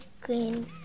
green